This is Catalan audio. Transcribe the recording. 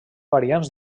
variants